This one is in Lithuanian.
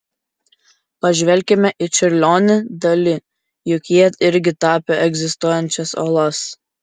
pažvelkime į čiurlionį dali juk jie irgi tapė egzistuojančias uolas